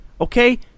okay